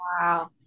Wow